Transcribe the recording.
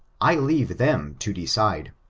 i leave them to decide.